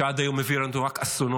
שעד היום הביאה עלינו רק אסונות,